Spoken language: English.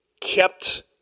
kept